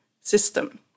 system